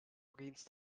against